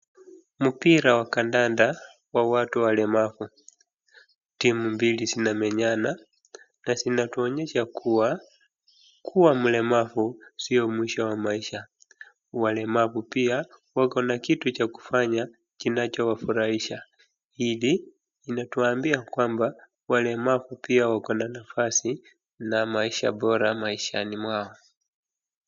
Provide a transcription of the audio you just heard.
Mpira wa kandanda, wa watu walemavu. Timu mbili zinamenyana, na zinatuoyesha kuwa, kuwa mlemavu sio mwisho wa maisha. Walemavu pia, wakona kitu cha kufanya, kinachowafurahisha. Hili linatuambia kwamba, walemavu pia wakona nafasi, na maisha bora maishani mwao.